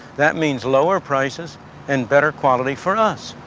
that means lower prices and better quality for us.